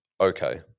Okay